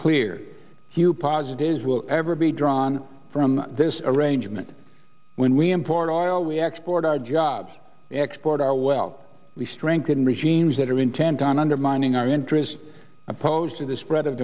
clear hugh positives will ever be drawn from this arrangement when we import oil we export our jobs export our well we strengthen regimes that are intent on undermining our interests opposed to the spread of